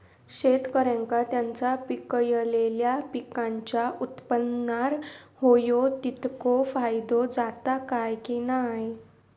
शेतकऱ्यांका त्यांचा पिकयलेल्या पीकांच्या उत्पन्नार होयो तितको फायदो जाता काय की नाय?